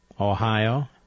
Ohio